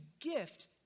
gift